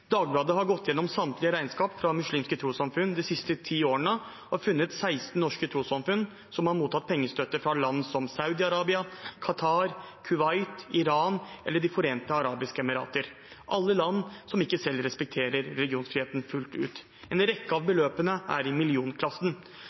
Dagbladet har gått igjennom samtlige regnskap fra muslimske trossamfunn de siste ti årene og har funnet 16 norske trossamfunn som har mottatt pengestøtte fra land som Saudi-Arabia, Qatar, Kuwait, Iran eller De forente arabiske emirater – alle er land som ikke selv respekterer religionsfriheten fullt ut. En rekke av beløpene er i millionklassen.